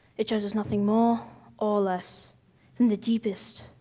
it shows us nothing more or less than the deepest,